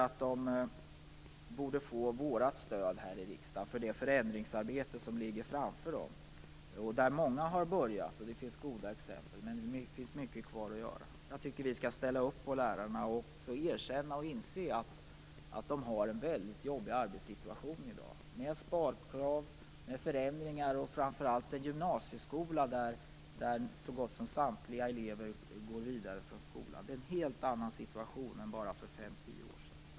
De borde få riksdagens stöd i det förändringsarbete som ligger framför dem. Många har börjat, och det finns goda exempel. Men det finns mycket kvar att göra. Jag tycker att vi skall ställa upp på lärarna, erkänna och inse att de har en väldigt jobbig arbetssituation i dag med sparkrav, med förändringar och framför allt med en gymnasieskola som så gott som samtliga elever går vidare till efter grundskolan. Det är en helt annan situation än för bara fem tio år sedan.